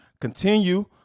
continue